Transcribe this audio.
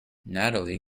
natalie